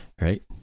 Right